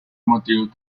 motivos